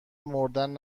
مردن